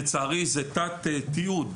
לצערי, זהו תת-תיעוד